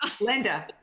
Linda